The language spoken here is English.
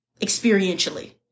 experientially